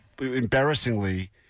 embarrassingly